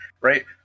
right